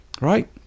right